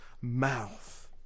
mouth